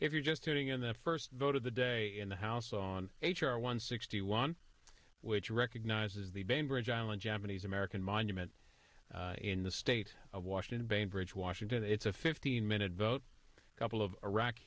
if you're just tuning in the first vote of the day in the house on h r one sixty one which recognizes the bainbridge island japanese american monument in the state of washington bainbridge washington it's a fifteen minute vote couple of iraq